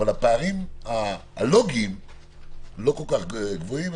אבל הפערים הלוגיים לא כל כך גבוהים,